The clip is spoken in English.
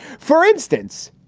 for instance,